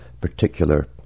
particular